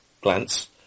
glance